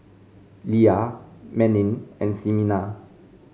Lia Manning and Ximena